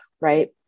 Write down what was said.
right